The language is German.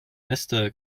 äste